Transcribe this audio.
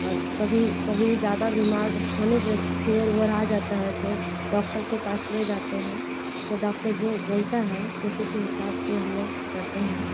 और कभी कभी ज़्यादा बीमार होने पे फीवर वुवर आ जाता है तो डॉक्टर के पास ले जाते हैं तो डॉक्टर जो बोलत है उसी के हिसाब से हम लोग करते हैं